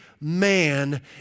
man